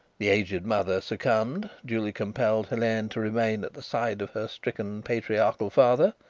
the aged mother succumbed duty compelled helene to remain at the side of her stricken patriarchal father,